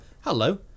hello